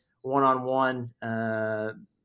one-on-one